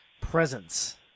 presence